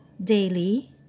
daily